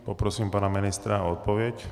Poprosím pana ministra o odpověď.